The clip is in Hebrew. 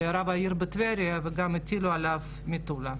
רק רב עיר ספרדי חותם על תעודות הנישואים האלה.